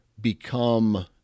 become